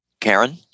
Karen